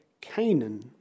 Canaan